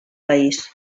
país